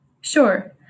Sure